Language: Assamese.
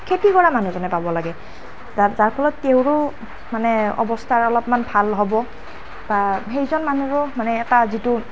খেতি কৰা মানুহজনে পাব লাগে যাৰ যাৰ ফলত তেওঁৰো মানে অৱস্থা অলপ ভাল হ'ব বা সেইজন মানুহৰো মানে এটা যিটো